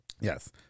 Yes